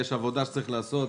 יש עבודה שצריך לעשות.